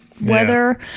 weather